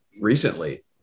recently